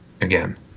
again